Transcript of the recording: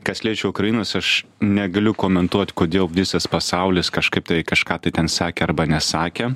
kas liečia ukrainos aš negaliu komentuot kodėl visas pasaulis kažkaip tai kažką tai ten sakė arba nesakė